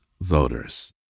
voters